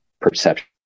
perception